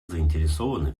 заинтересованы